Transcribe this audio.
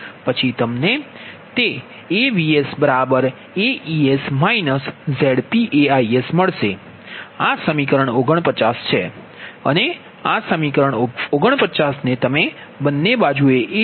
પછી તમને તે A Vs AEs ZpAIs મળશે આ સમીકરણ 49 છે અને આ સમીકરણ 49 ને તમે બંને બાજુ A 1 દ્વારા ગુણાકાર કરો છો